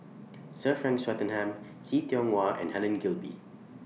Sir Frank Swettenham See Tiong Wah and Helen Gilbey